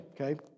Okay